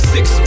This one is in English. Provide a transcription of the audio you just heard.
Six